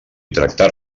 tractar